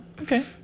Okay